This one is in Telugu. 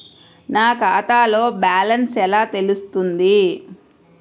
నా ఖాతాలో బ్యాలెన్స్ ఎలా తెలుస్తుంది?